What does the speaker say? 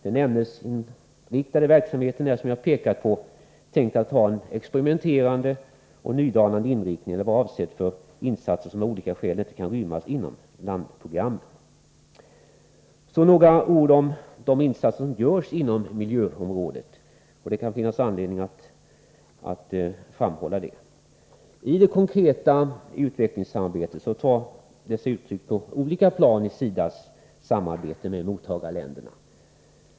Den ämnesinriktade verksamheten är, som jag pekat på, tänkt att ha en experimenterande och nydanande inriktning eller vara avsedd för insatser, som av olika skäl inte kan rymmas inom landprogrammen. Så några ord om de insatser som görs inom miljöområdet. Det kan finnas anledning härtill. I det konkreta utvecklingssamarbetet tar de sig uttryck på olika plan i SIDA:s samarbete med mottagarländerna.